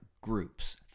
groups